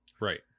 right